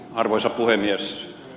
arvoisa puhemies